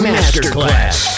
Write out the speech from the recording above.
Masterclass